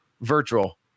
virtual